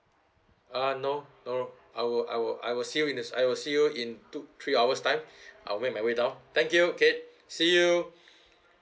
uh no no I will I will I will see you in I will see you in tw~ three hour time I go my way down thank you kate see you